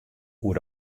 oer